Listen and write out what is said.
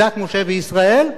כדת משה וישראל,